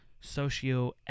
socio